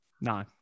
No